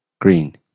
green